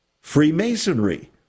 Freemasonry